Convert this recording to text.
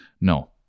no